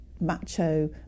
macho